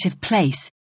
place